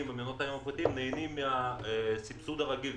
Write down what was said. ומעונות היום הפרטיים נהנים מהסבסוד הרגיל,